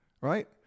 right